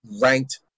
ranked